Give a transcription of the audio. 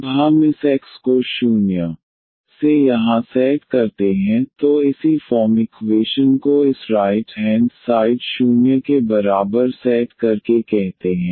जब हम इस X को 0 से यहाँ सेट करते हैं तो इसी फॉर्म इक्वेशन को इस राइट हैंड साइड 0 के बराबर सेट करके कहते हैं